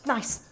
Nice